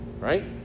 Right